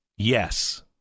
Yes